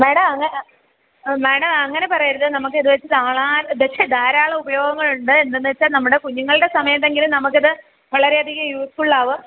madam അങ്ങ madam അങ്ങനെ പറയരുത് നമുക്ക് ഇതു വെച്ച് ധാരാളം ഉപയോഗങ്ങളുണ്ട് എന്തെന്നു വെച്ചാൽ നമ്മുടെ കുഞ്ഞുങ്ങളുടെ സമയത്തെങ്കിലും നമുക്കിത് വളരെയധികം യൂസ്ഫുള്ളാകും